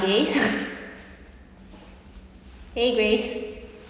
grace !hey! grace